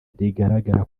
rigaragara